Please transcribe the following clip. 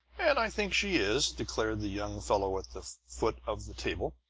and i think she is, declared the young fellow at the foot of the table.